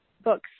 books